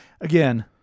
Again